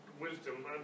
wisdom